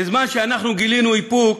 בזמן שאנחנו גילינו איפוק,